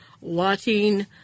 watching